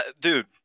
dude